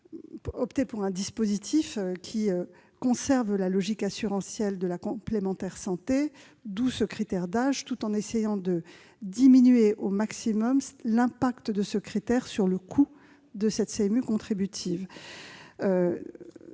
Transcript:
opté pour un dispositif qui conserve la logique assurantielle de la complémentaire santé, d'où ce critère d'âge, tout en essayant d'en diminuer au maximum les effets sur le coût de la CMU contributive.